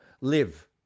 live